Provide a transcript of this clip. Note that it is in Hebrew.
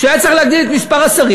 כשהוא היה צריך להגדיל את מספר השרים,